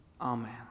Amen